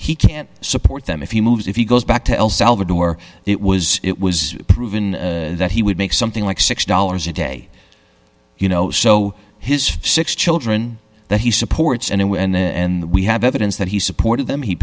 he can't support them if he moves if he goes back to el salvador it was it was proven that he would make something like six dollars a day you know so his six children that he supports and when and we have evidence that he supported them he